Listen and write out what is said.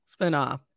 spinoff